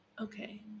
okay